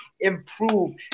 improve